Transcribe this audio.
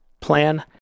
plan